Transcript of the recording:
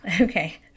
Okay